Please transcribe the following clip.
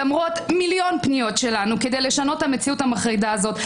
למרות מיליון פניות שלנו כדי לשנות את המציאות המרידה הזאת,